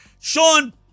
Sean